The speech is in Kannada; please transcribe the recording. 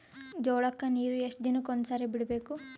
ಜೋಳ ಕ್ಕನೀರು ಎಷ್ಟ್ ದಿನಕ್ಕ ಒಂದ್ಸರಿ ಬಿಡಬೇಕು?